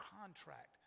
contract